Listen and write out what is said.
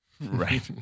Right